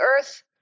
earth